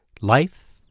Life